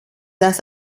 das